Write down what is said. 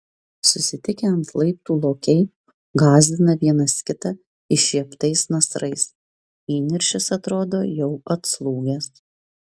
susitikę ant laiptų lokiai gąsdina vienas kitą iššieptais nasrais įniršis atrodo jau atslūgęs